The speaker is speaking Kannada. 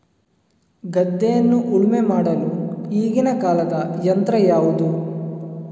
ಗದ್ದೆಯನ್ನು ಉಳುಮೆ ಮಾಡಲು ಈಗಿನ ಕಾಲದ ಯಂತ್ರ ಯಾವುದು?